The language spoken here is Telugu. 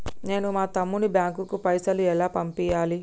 నేను మా తమ్ముని బ్యాంకుకు పైసలు ఎలా పంపియ్యాలి?